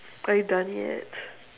are you done yet